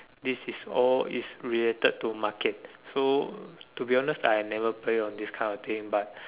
this is all is related to market to to be honest I never play on these kinda things but